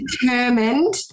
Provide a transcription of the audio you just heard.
determined